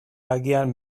agian